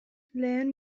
lehen